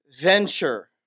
venture